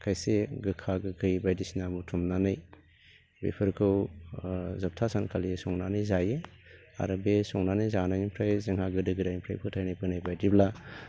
खायसे गोखा गोखै बायदिसिना बुथुमनानै बेफोरखौ जोबथा सानखालि संनानै जायो आरो बे संनानै जानायनिफ्राय जोंहा गोदो गोदायनिफ्राय फोथायबोनाय बायदिब्ला